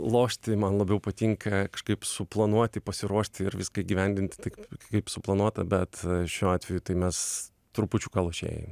lošti man labiau patinka kažkaip suplanuoti pasiruošti ir viską įgyvendinti taip kaip suplanuota bet šiuo atveju tai mes trupučiuką lošėjai